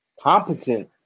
competent